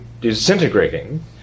disintegrating